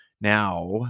Now